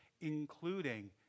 including